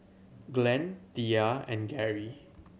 Glenn Thea and Gerry